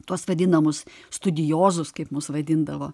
tuos vadinamus studijozus kaip mus vadindavo